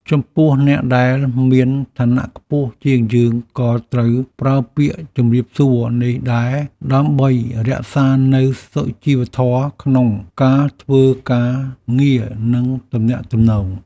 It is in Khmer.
ចំពោះអ្នកដែលមានឋានៈខ្ពស់ជាងយើងក៏ត្រូវប្រើពាក្យជម្រាបសួរនេះដែរដើម្បីរក្សានូវសុជីវធម៌ក្នុងការធ្វើការងារនិងទំនាក់ទំនង។